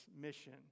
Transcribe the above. mission